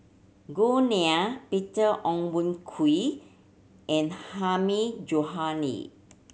Gao Ning Peter Ong Boon Kwee and Hilmi Johandi